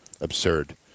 Absurd